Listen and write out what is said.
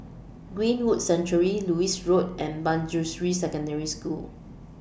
Greenwood Sanctuary Lewis Road and Manjusri Secondary School